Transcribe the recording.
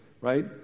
right